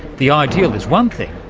the ideal is one thing,